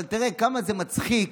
אבל תראה כמה זה מצחיק.